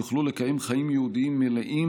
יוכלו לקיים חיים יהודיים מלאים,